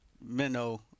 minnow